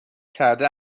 کرده